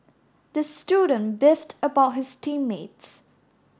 the student beefed about his team mates